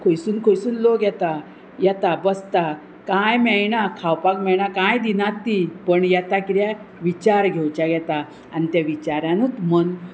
खंयसून खंयसून लोक येता येता बसता कांय मेळना खावपाक मेळना कांय दिनात ती पण येता किद्याक विचार घेवच्या येता आनी त्या विचारानूत मन